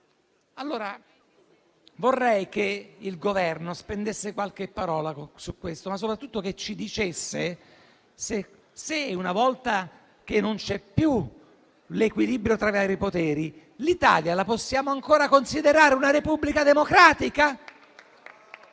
allora che il Governo spendesse qualche parola su questo, ma soprattutto che ci dicesse se, una volta che non c'è più l'equilibrio tra i vari poteri, l'Italia la possiamo ancora considerare una Repubblica democratica.